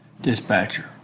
Dispatcher